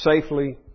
safely